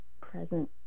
present